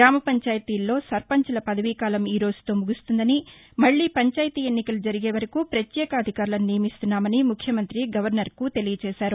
గ్రామ పంచాయతీల్లో సర్పంచుల పదవీకాలం ఈరోజుతో ముగుస్తుందని మక్లీ పంచాయతీ ఎన్నికలు జరిగే వరకు ప్రత్యేకాధికారులను నియమిస్తున్నామని ముఖ్యమంతి గవర్నర్కు తెలియజేశారు